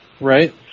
right